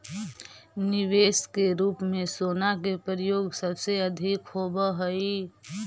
निवेश के रूप में सोना के प्रयोग सबसे अधिक होवऽ हई